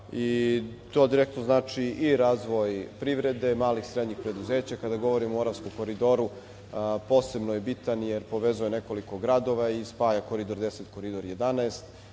i to direktno znači i razvoj privrede, malih i srednjih preduzeća. Kada govorim o Moravskom koridoru, posebno je bitan, jer povezuje nekoliko gradovo i spaja Koridor 10 i Koridor 11.